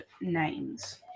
Names